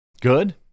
good